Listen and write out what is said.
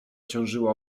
ciążyła